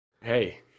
Hey